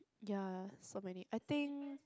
ya so many I think